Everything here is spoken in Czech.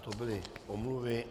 To byly omluvy.